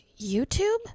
YouTube